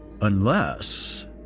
Unless